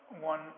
one